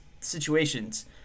situations